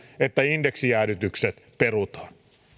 että indeksijäädytykset perutaan